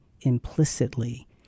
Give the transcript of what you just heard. implicitly